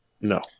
No